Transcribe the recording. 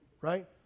Right